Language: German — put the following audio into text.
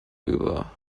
über